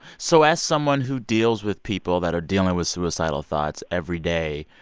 so as someone who deals with people that are dealing with suicidal thoughts every day,